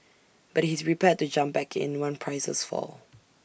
but he's prepared to jump back in once prices fall